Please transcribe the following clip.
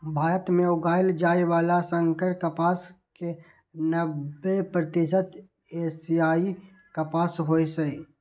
भारत मे उगाएल जाइ बला संकर कपास के नब्बे प्रतिशत एशियाई कपास होइ छै